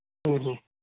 ᱦᱮᱸ ᱦᱮᱸ